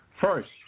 first